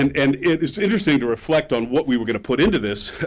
and and it is interesting to reflect on what we were going to put into this.